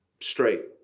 straight